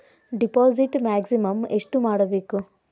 Deposit maximum ಎಷ್ಟು ಮಾಡಬೇಕು?